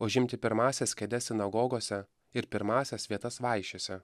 užimti pirmąsias kėdes sinagogose ir pirmąsias vietas vaišėse